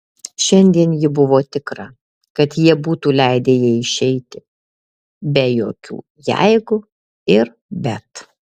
šiandien ji buvo tikra kad jie būtų leidę jai išeiti be jokių jeigu ir bet